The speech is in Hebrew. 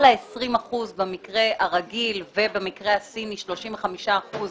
ה-20 אחוזים במקרה הרגיל ובמקרה הסיני 35 אחוזים